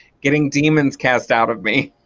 getting demons cast out of me.